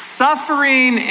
suffering